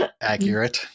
Accurate